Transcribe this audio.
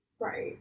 Right